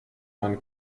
man